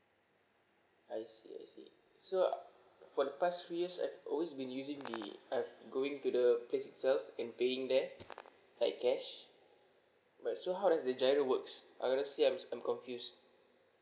I see I see so uh for the past few years I've always been using the I've been going to the place itself and paying there like cash but so how does the G_I_R_O works I got to say I'm I'm confused